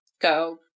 go